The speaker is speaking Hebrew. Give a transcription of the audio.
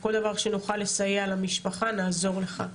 כל דבר שנוכל לסייע למשפחה נעזור לך.